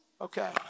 Okay